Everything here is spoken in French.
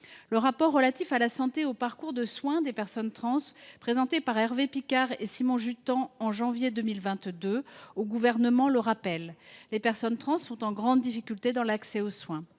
Le rapport relatif à la santé et aux parcours de soins des personnes trans, présenté au Gouvernement par Hervé Picard et Simon Jutant en janvier 2022, le rappelle : les personnes trans sont en grande difficulté dans l’accès aux soins,